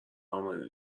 امنه